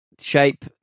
Shape